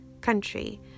country